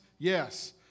Yes